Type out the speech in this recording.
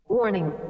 Warning